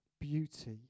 beauty